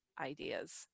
ideas